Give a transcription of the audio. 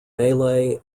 malay